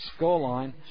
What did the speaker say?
scoreline